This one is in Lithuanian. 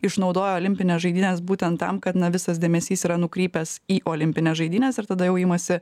išnaudojo olimpines žaidynes būtent tam kad na visas dėmesys yra nukrypęs į olimpines žaidynes ir tada jau imasi